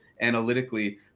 analytically